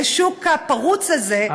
לשוק הפרוץ הזה,